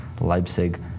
Leipzig